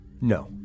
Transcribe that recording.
No